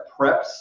preps